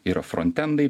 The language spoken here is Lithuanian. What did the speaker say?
ir frontendai